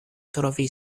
trovi